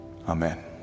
Amen